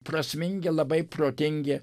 prasmingi labai protingi